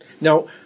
Now